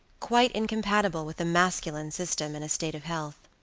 quite incompatible with a masculine system in a state of health.